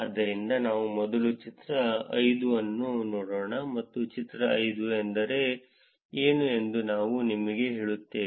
ಆದ್ದರಿಂದ ನಾವು ಮೊದಲು ಚಿತ್ರ 5 ಅನ್ನು ನೋಡೋಣ ಮತ್ತು ಚಿತ್ರ 5 ಎಂದರೆ ಏನು ಎಂದು ನಾನು ನಿಮಗೆ ಹೇಳುತ್ತೇನೆ